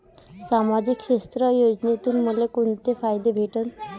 सामाजिक क्षेत्र योजनेतून मले कोंते फायदे भेटन?